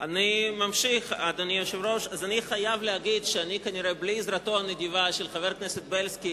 אני חייב להגיד שכנראה בלי עזרתו הנדיבה של חבר הכנסת בילסקי